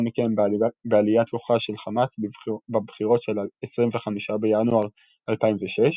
מכן בעליית כוחה של חמאס בבחירות של 25 בינואר 2006,